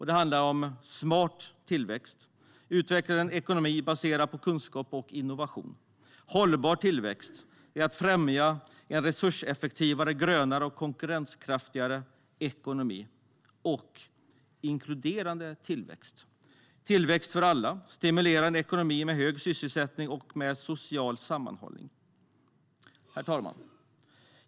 Det handlar om smart tillväxt, att utveckla en ekonomi baserad på kunskap och innovation. Det handlar om hållbar tillväxt, att främja en resurseffektivare, grönare och konkurrenskraftigare ekonomi. Det handlar om inkluderande tillväxt, tillväxt för alla, att stimulera en ekonomi med hög sysselsättning och med social sammanhållning. Herr talman!